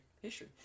history